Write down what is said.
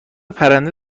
پرنده